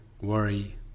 worry